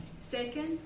Second